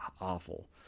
awful